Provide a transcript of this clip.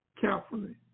carefully